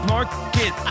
Market